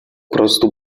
prostu